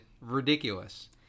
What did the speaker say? ridiculous